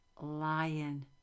lion